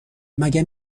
مگه